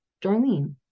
Darlene